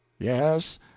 Yes